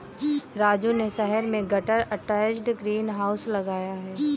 राजू ने शहर में गटर अटैच्ड ग्रीन हाउस लगाया है